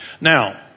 Now